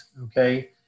okay